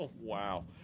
Wow